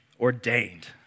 Ordained